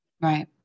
right